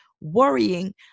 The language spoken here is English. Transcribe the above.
worrying